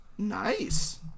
nice